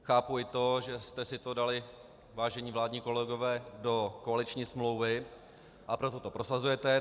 Chápu i to, že jste si to dali, vážení vládní kolegové, do koaliční smlouvy, a proto to prosazujete.